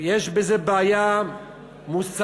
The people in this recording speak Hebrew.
יש בזה בעיה מוסרית-ערכית